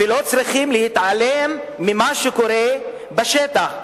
ולא צריכים להתעלם ממה שקורה בשטח,